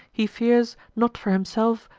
he fears, not for himself,